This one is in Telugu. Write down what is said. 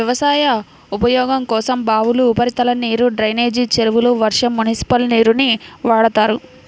వ్యవసాయ ఉపయోగం కోసం బావులు, ఉపరితల నీరు, డ్రైనేజీ చెరువులు, వర్షం, మునిసిపల్ నీరుని వాడతారు